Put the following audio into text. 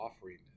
offering